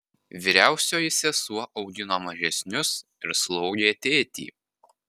vyriausioji sesuo augino mažesnius ir slaugė tėtį